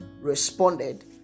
responded